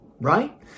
Right